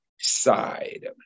side